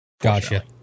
Gotcha